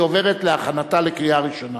היא עוברת להכנתה לקריאה ראשונה.